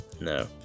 No